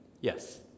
Yes